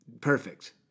Perfect